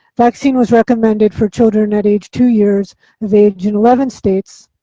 vaccine was recommended for children at age two years of age in eleven states,